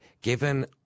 given